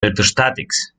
electrostatics